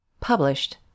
Published